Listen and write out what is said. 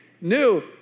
new